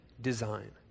design